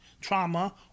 trauma